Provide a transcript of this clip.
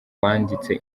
wanditse